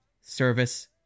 Service